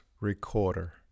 recorder